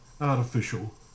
artificial